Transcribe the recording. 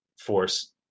force